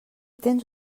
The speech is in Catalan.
tens